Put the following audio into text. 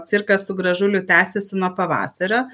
cirkas su gražuliu tęsiasi nuo pavasario